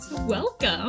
Welcome